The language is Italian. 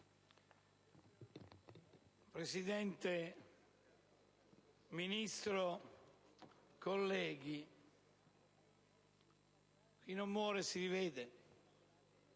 Presidente, onorevole Ministro, colleghi, chi non muore si rivede.